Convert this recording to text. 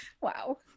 wow